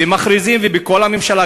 ומכריזים ואומרים בכל הממשלה,